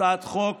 הצעת חוק